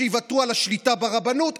שיוותרו על השליטה ברבנות.